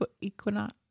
equinox